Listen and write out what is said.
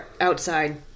outside